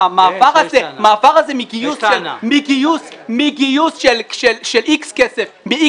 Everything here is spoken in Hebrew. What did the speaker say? שהמעבר הזה מגיוס -- יש,